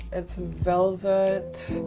it's velvet.